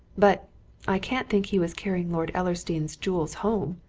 but i can't think he was carrying lord ellersdeane's jewels home!